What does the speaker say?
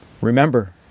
remember